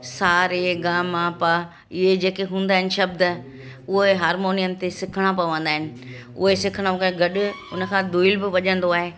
सा रे गा मा पा इहे जेके हूंदा आहिनि शब्द उहे हारमोनियम ते सिखिणा पवंदा आहिनि उहे सिखण वक़्तु गॾु उन खां दुईल बि वजंदो आहे